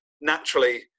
naturally